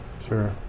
Sure